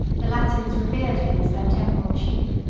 the latins revered him as their temporal chief.